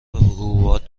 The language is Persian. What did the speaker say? حبوبات